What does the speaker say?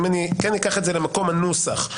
אם אני כן אקח את זה למקום הנוסח,